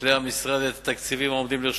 כלי המשרד ואת התקציבים העומדים לרשותו.